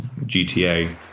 GTA